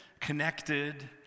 connected